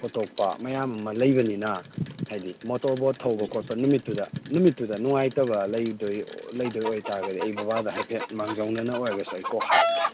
ꯈꯣꯇꯣꯛꯄ ꯃꯌꯥꯝ ꯑꯃ ꯂꯩꯕꯅꯤꯅ ꯍꯥꯏꯗꯤ ꯃꯣꯇꯣꯔ ꯕꯣꯠ ꯊꯧꯕ ꯈꯣꯠꯄ ꯅꯨꯃꯤꯠꯇꯨꯗ ꯅꯨꯃꯤꯠꯇꯨꯗ ꯅꯨꯡꯉꯥꯏꯇꯕ ꯂꯩꯗꯣꯏ ꯂꯩꯗꯣꯏ ꯑꯣꯏ ꯇꯥꯔꯒꯗꯤ ꯑꯩ ꯕꯕꯥꯗ ꯍꯥꯏꯐꯦꯠ ꯃꯥꯡꯖꯧꯅꯅ ꯑꯣꯏꯔꯒꯁꯨ ꯑꯩ ꯀꯣꯛ ꯍꯥꯏꯔꯛꯀꯦ